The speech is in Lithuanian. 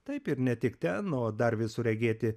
taip ir ne tik ten o dar visur regėti